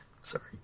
sorry